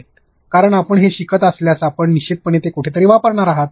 कारण आपण हे शिकत असल्यास आपण निश्चितपणे ते कोठेतरी वापरणार आहात